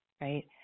right